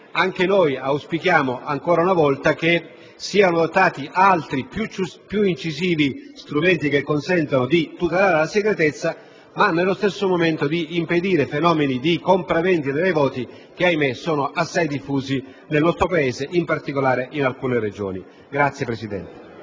Anche noi auspichiamo, ancora una volta, che siano votati altri e più incisivi strumenti che consentano di tutelare la segretezza del voto e nello stesso tempo di impedire fenomeni di compravendita dei voti, ahimè assai diffusi nel nostro Paese, in particolare in alcune Regioni. *(Applausi